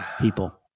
people